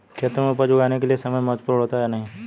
खेतों में उपज उगाने के लिये समय महत्वपूर्ण होता है या नहीं?